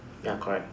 ya correct